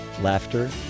laughter